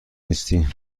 نیستی